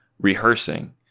rehearsing